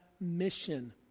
mission